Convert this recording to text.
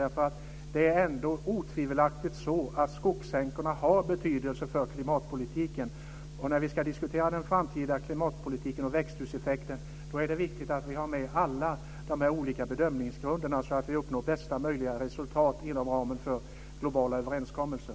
Det är otvivelaktigt så att skogssänkorna har betydelse för klimatpolitiken. När vi ska diskutera den framtida klimatpolitiken och växthuseffekten är det viktigt att vi har med alla dessa olika bedömningsgrunder, så att vi uppnår bästa möjliga resultat inom ramen för globala överenskommelser.